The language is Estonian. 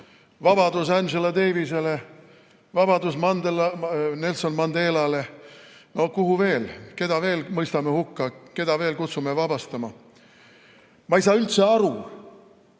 vabadus Angela Davisele, vabadus Nelson Mandelale! No kuhu veel?! Keda veel mõistame hukka, keda veel kutsume vabastama?! Ma ei saa üldse aru,